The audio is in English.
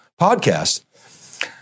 Podcast